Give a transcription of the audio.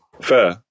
Fair